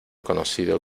conocido